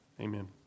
Amen